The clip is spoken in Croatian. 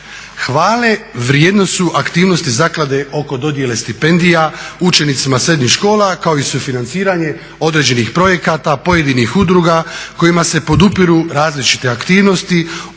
Hvalevrijedne su aktivnosti zaklade oko dodjele stipendija učenicima srednjih škola, kao i sufinanciranje određenih projekata, pojedinih udruga kojima se podupiru različite aktivnosti od